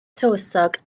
tywysog